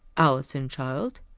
alison, child,